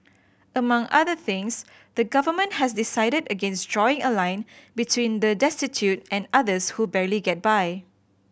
among other things the Government has decided against drawing a line between the destitute and others who barely get by